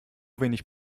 wenig